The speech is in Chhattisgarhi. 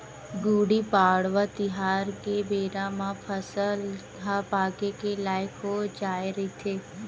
गुड़ी पड़वा तिहार के बेरा म फसल ह पाके के लइक हो जाए रहिथे